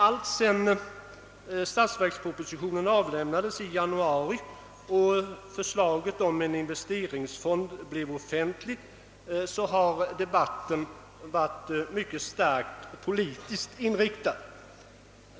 Alltsedan statsverkspropositionen avlämnades i januari och förslaget om en investeringsfond blev offentligt har debatten varit mycket starkt politiskt inriktad.